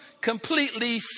completely